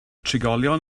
trigolion